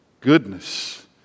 Goodness